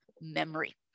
memory